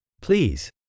Please